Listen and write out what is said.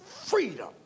freedom